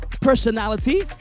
Personality